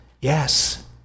Yes